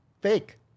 fake